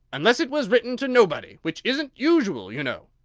unless it was written to nobody, which isn't usual, you know.